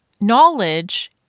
knowledge